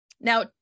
Now